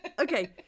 Okay